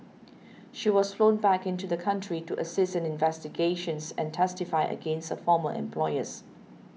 she was flown back into the country to assist in investigations and testify against her former employers